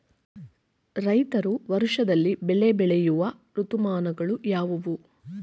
ರೈತರು ವರ್ಷದಲ್ಲಿ ಬೆಳೆ ಬೆಳೆಯುವ ಋತುಮಾನಗಳು ಯಾವುವು?